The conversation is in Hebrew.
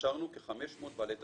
הכשרנו כ-500 בעלי תפקידים.